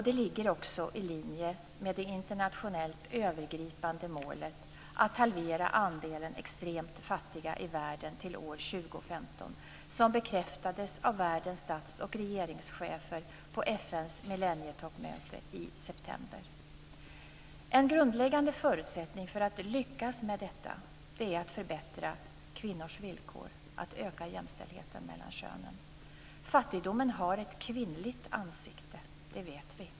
Det ligger också i linje med det internationellt övergripande målet att halvera andelen extremt fattiga i världen till år 2015, som bekräftades av världens statsoch regeringschefer på FN:s millennietoppmöte i september. En grundläggande förutsättning för att lyckas med detta är att förbättra kvinnors villkor, att öka jämställdheten mellan könen. Fattigdomen har ett kvinnligt ansikte. Det vet vi.